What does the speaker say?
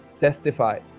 testify